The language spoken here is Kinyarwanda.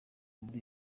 muri